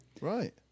Right